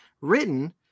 Written